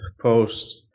post